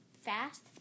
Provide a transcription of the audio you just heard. fast